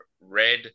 red